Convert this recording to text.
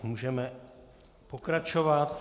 Můžeme pokračovat.